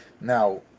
Now